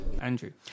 Andrew